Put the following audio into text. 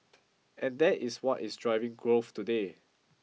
and that is what is driving growth today